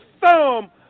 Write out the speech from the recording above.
thumb